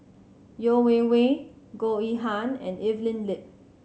Yeo Wei Wei Goh Yihan and Evelyn Lip